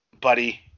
Buddy